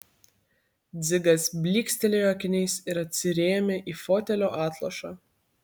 dzigas blykstelėjo akiniais ir atsirėmė į fotelio atlošą